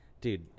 dude